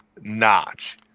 notch